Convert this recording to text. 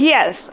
Yes